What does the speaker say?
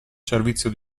servizio